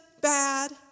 bad